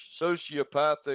sociopathic